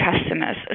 customers